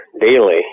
daily